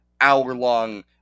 hour-long